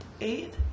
eight